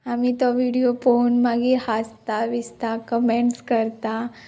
आमी तो विडियो पोवून मागीर हांसता बिसता कमेंट्स करता